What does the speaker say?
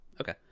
okay